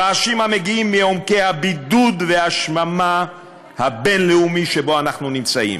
רעשים המגיעים מעומקי הבידוד והשממה הבין-לאומיים שבהם אנחנו נמצאים.